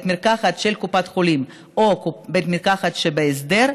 המרקחת של קופת החולים או בבית מרקחת שבהסדר,